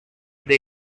they